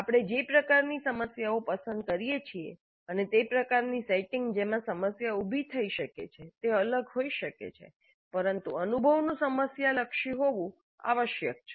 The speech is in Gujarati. આપણે જે પ્રકારની સમસ્યાઓ પસંદ કરીએ છીએ અને તે પ્રકારની સેટિંગ જેમાં સમસ્યા ઉભી થઈ શકે છે તે અલગ હોઈ શકે છે પરંતુ અનુભવનું સમસ્યા લક્ષી હોવું આવશ્યક છે